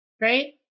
right